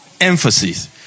emphasis